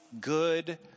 good